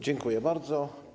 Dziękuję bardzo.